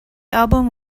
album